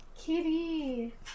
Kitty